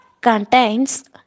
contains